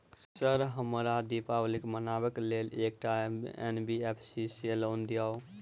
Sir हमरा दिवाली मनावे लेल एकटा एन.बी.एफ.सी सऽ लोन दिअउ?